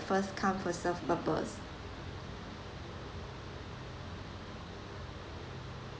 first come first serve purpose